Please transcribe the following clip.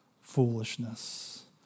foolishness